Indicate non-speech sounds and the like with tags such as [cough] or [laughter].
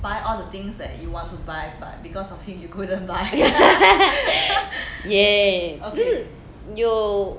[laughs] yeah 就是有